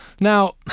Now